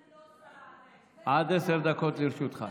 עד עשר דקות לרשותך.